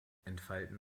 entfalten